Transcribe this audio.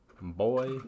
Boy